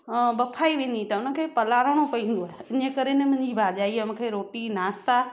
ॿाफंदी वेंदी पोइ हुनखे पलारणो पवंदो आहे हिन करे न मुंहिंजी भाॼाईअ मूंखे रोटी नाश्ता